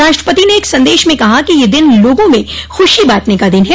राष्ट्रपति ने एक संदेश में कहा है कि यह दिन लोगों में खुशी बांटने का दिन है